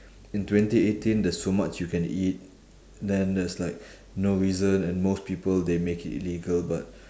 in twenty eighteen there's so much you can eat then there's like no reason and most people they make it illegal but